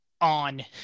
on